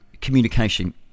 communication